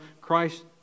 Christ